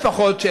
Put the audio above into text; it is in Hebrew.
לפחות,